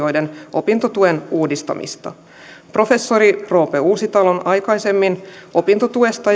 opintotuen uudistamista professori roope uusitalon aikaisemmin opintotuesta